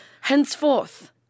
Henceforth